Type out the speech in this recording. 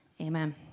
Amen